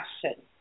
question